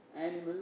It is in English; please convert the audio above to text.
animals